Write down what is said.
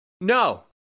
No